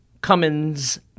Cummins